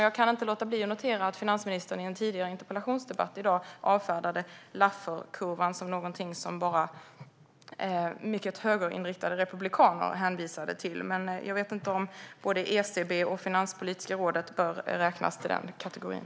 Jag kan inte låta bli att notera att finansministern i en tidigare interpellationsdebatt i dag avfärdade Lafferkurvan som någonting som bara mycket högerinriktade republikaner hänvisar till. Jag vet inte om både ECB och Finanspolitiska rådet bör räknas till den kategorin.